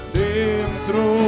dentro